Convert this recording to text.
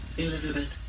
elisabet.